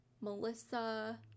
Melissa